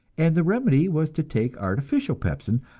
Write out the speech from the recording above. and the remedy was to take artificial pepsin,